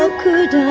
so could